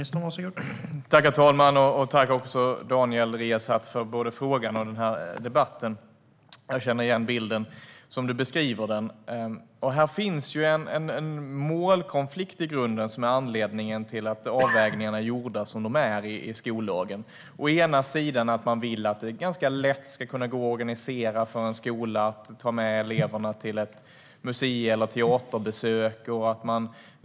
Herr talman! Tack, Daniel Riazat, för både frågan och debatten! Jag känner igen bilden, som du beskriver den. Det finns i grunden en målkonflikt som är anledningen till att avvägningarna är gjorda som de är i skollagen. Å ena sidan ska en skola ganska lätt kunna ta med eleverna till ett museum eller en teater.